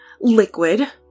Liquid